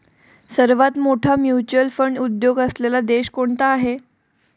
सर्वात मोठा mutual fund उद्योग असलेला देश कोणता आहे?